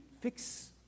fix